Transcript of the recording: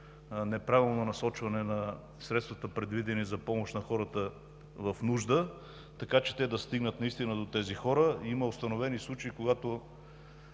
неправилно насочване на средствата, предвидени за помощ на хората в нужда, така че те да стигнат до тези хора. Има установени случаи, когато